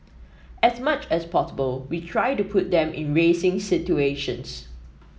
as much as possible we try to put them in racing situations